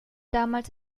damals